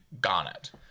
Garnet